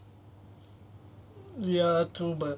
ya true but